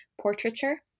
portraiture